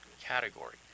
category